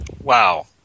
wow